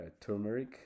turmeric